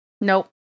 Nope